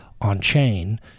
on-chain